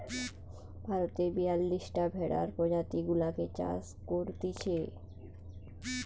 ভারতে বিয়াল্লিশটা ভেড়ার প্রজাতি গুলাকে চাষ করতিছে